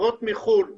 חברות מחו"ל מחפשות,